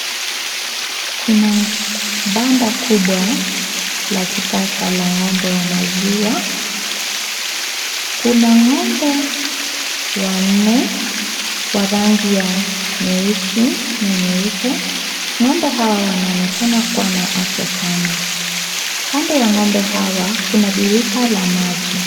Kuna banda kubwa, la kisasa la ng'ombe wa maziwa. Kuna ng'ombe wanne, wa rangi ya nyeusi na nyeupe. Ng'ombe hawa wanaonekana kuwa na afya sana. Kando ya ng'ombe hawa, kuna birika la maji.